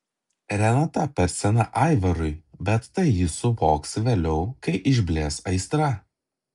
renata per sena aivarui bet tai jis suvoks vėliau kai išblės aistra